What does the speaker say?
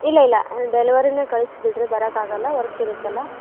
ಇಲ್ಲ ಇಲ್ಲ ಡೆಲಿವರಿನೇ ಕಳಿಸ್ಬಿಡ್ರಿ ಬರೋಕ್ಕಾಗಲ್ಲ ವರ್ಕ್ ಇರುತ್ತಲ್ಲ